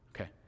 Okay